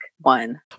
one